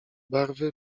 barwy